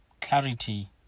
clarity